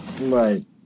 Right